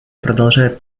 продолжает